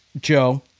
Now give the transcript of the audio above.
Joe